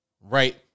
right